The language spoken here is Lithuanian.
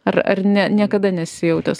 ar ar ne niekada nesi jautęs